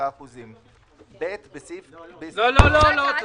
1.65%."; (ב), בסעיף ---" לא, אל